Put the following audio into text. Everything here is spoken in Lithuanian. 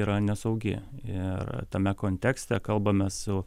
yra nesaugi ir tame kontekste kalbame su